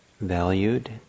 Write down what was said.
valued